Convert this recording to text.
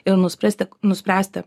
ir nuspręsti nuspręsti